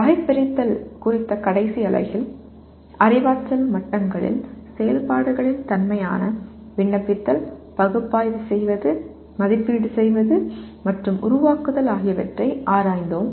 வகைபிரித்தல் குறித்த கடைசி அலகில் அறிவாற்றல் மட்டங்களில் செயல்பாடுகளின் தன்மையான விண்ணப்பித்தல் பகுப்பாய்வு செய்வது மதிப்பீடு செய்வது மற்றும் உருவாக்குதல் ஆகியவற்றை ஆராய்ந்தோம்